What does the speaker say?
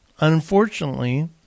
Unfortunately